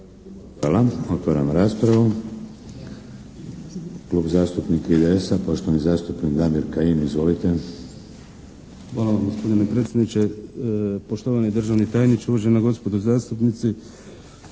Hvala. Otvaram raspravu. Klub zastupnika IDS-a, poštovani zastupnik Damir Kajin. Izvolite. **Kajin, Damir (IDS)** Hvala gospodine predsjedniče. Poštovani državni tajniče, uvažena gospodo zastupnici.